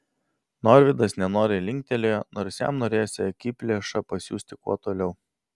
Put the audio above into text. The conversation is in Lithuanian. norvydas nenoriai linktelėjo nors jam norėjosi akiplėšą pasiųsti kuo toliau